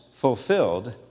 fulfilled